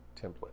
template